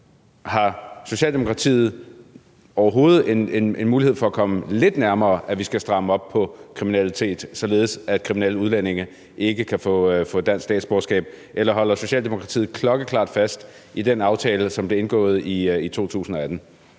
her tilfælde overhovedet en mulighed for at komme lidt nærmere, i forhold til at vi skal stramme op på kriminalitet, således at kriminelle udlændinge ikke kan få dansk statsborgerskab, eller er det klokkeklart, at Socialdemokratiet holder fast i den aftale, som blev indgået i 2018?